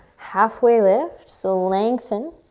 halfway lift, so lengthen,